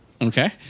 Okay